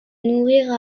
nourrir